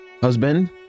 husband